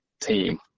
team